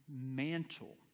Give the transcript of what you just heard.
mantle